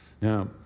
Now